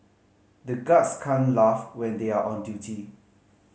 the guards can't laugh when they are on duty